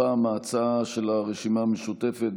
הפעם ההצעה של הרשימה המשותפת,